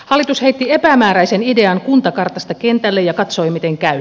hallitus heitti epämääräisen idean kuntakartasta kentälle ja katsoi miten käy